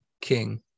king